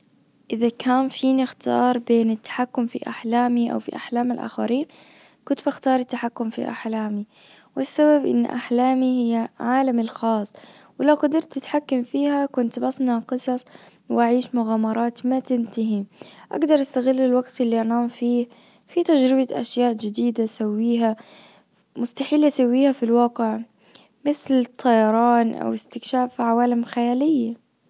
اذا كان فيني اختار بين التحكم في احلامي او في احلام الاخرين. كنت بختار التحكم في احلامي. والسبب ان احلامي هي عالمي الخاص. ولو قدرت اتحكم فيها كنت بصنع قصص واعيش مغامرات ما تنتهي اقدر استغل الوقت اللي انام فيه في تجربة اشياء جديده اساويها مستحيل اسويها في الواقع مثل الطيران او استكشاف عوالم خيالية.